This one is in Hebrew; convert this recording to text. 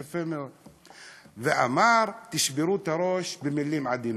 יפה מאוד ואמר: תשברו את הראש, במילים עדינות.